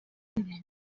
mbere